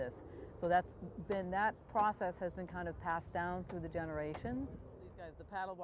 this so that's been that process has been kind of passed down through the generations the paddle